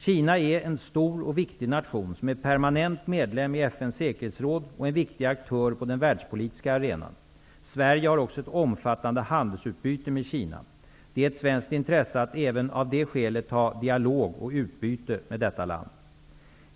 Kina är en stor och viktig nation, som är permanent medlem i FN:s säkerhetsråd och en viktig aktör på den världspolitiska arenan. Sverige har också ett omfattande handelsutbyte med Kina. Det är ett svenskt intresse att även av det skälet ha dialog och utbyte med detta land.